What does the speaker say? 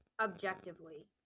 objectively